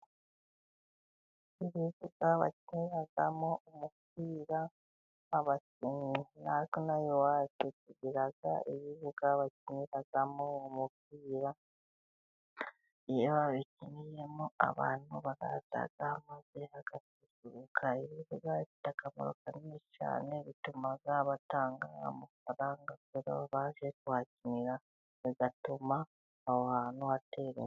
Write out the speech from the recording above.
Ibibuga bakiniramo umupira, abakinnyi, natwe inaha iwacu tugira ibibuga bakiniramo umupira, iyo babikiniyemo abantu baraza maze bagasuruka, ibibuga bifite akamaro kanini cyane, bituma batanga amafaranga kubera baba baje kuhakinira, bigatuma aho hantu hatera imbere.